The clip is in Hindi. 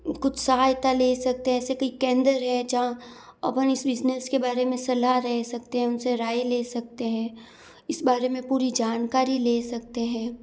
कुछ सहायता ले सकते हैं ऐसे कई केंद्र है जहाँ अपन इस बिजनेस के बारे में सलाह रह सकते हैं उनसे राय ले सकते हैं इस बारे में पूरी जानकारी ले सकते हैं